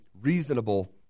reasonable